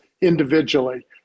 individually